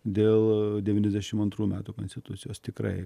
dėl devyniasdešimt antrų metų konstitucijos tikrai